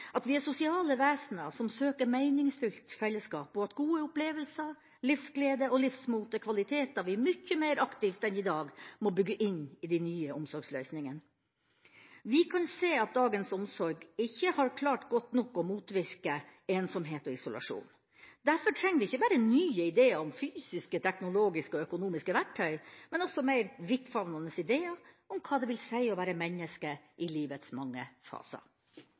at vi er sosiale vesener som søker meningsfullt fellesskap, og at gode opplevelser, livsglede og livsmot er kvaliteter vi mye mer aktivt enn i dag må bygge inn i de nye omsorgsløsningene. Vi kan se at dagens omsorg ikke har klart godt nok å motvirke ensomhet og isolasjon. Derfor trenger vi ikke bare nye ideer om fysiske, teknologiske og økonomiske verktøy, men også mer vidtfavnende ideer om hva det vil si å være menneske i livets mange faser.